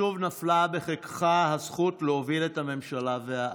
שוב נפלה בחיקך הזכות להוביל את הממשלה והעם.